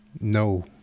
No